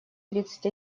тридцать